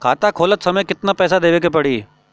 खाता खोलत समय कितना पैसा देवे के पड़ी?